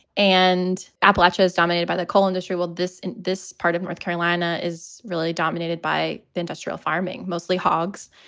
and appalachia is dominated by the coal industry. will this and this part of north carolina is really dominated by the industrial farming, mostly hogs.